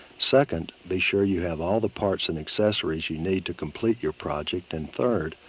second, be sure you have all the parts and accessories you need to complete your project. and third,